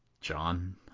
john